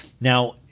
Now